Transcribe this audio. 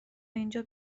اینجا